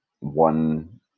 One